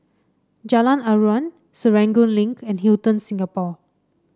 Jalan Aruan Serangoon Link and Hilton Singapore